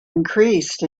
increased